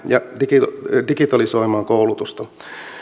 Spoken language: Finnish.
ja digitalisoimaan koulutusta